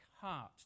heart